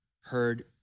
heard